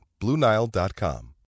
BlueNile.com